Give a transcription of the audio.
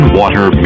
water